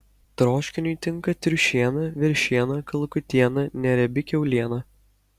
troškiniui tinka triušiena veršiena kalakutiena neriebi kiauliena